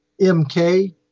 MK